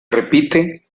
repite